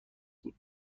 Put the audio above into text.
بود